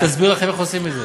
היא תסביר לכם איך עושים את זה.